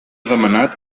demanat